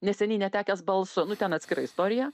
neseniai netekęs balso nu ten atskira istorija